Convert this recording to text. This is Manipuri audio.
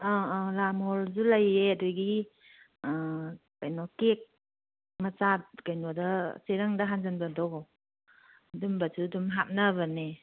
ꯑꯥ ꯑꯥ ꯂꯥꯟꯃꯣꯍꯣꯔꯁꯨ ꯂꯩꯌꯦ ꯑꯗꯒꯤ ꯀꯩꯅꯣ ꯀꯦꯛ ꯃꯆꯥ ꯀꯩꯅꯣꯗ ꯆꯦꯔꯪꯗ ꯍꯥꯟꯖꯤꯟꯕꯗꯣ ꯑꯗꯨꯝꯕꯁꯨ ꯑꯗꯨꯝ ꯍꯥꯞꯅꯕꯅꯦ